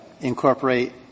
incorporate